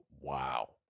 wow